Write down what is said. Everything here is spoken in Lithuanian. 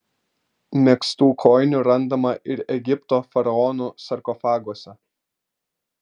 megztų kojinių randama ir egipto faraonų sarkofaguose